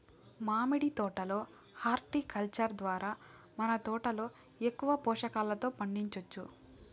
మామిడి తోట లో హార్టికల్చర్ ద్వారా మన తోటలో ఎక్కువ పోషకాలతో పండించొచ్చు